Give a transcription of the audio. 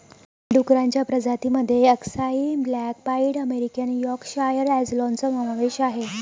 डुक्करांच्या प्रजातीं मध्ये अक्साई ब्लॅक पाईड अमेरिकन यॉर्कशायर अँजेलॉनचा समावेश आहे